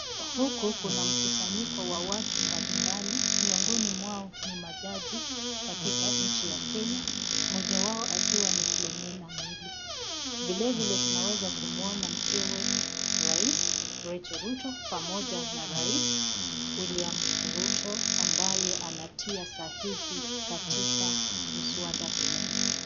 Huku kuna mkusanyiko wa watu mbalimbali miongoni mwao ni majaji katika nchi ya Kenya, mmoja wao ni Filomena Muibe. Vilevile tunaweza kumwona mkewe rais Recho Rutto pamoja na rais William Rutto ambaye anatia sahihi katika mswada fulani.